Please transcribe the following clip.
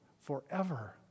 forever